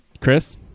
Chris